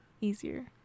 easier